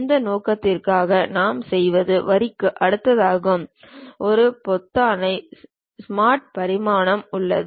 அந்த நோக்கத்திற்காக நாம் செய்வது வரிக்கு அடுத்ததாக ஒரு பொத்தானை ஸ்மார்ட் பரிமாணம் உள்ளது